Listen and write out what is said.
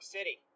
City